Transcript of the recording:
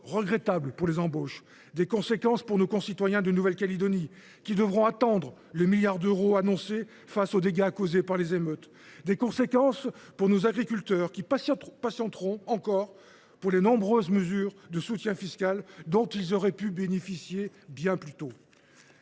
regrettables pour les embauches. Elles se font sentir également pour nos concitoyens de Nouvelle Calédonie, qui devront attendre le milliard d’euros annoncé face aux dégâts causés par les émeutes. Elles pèsent sur nos agriculteurs, qui patienteront encore pour les nombreuses mesures de soutien fiscal dont ils auraient pu bénéficier bien plus tôt.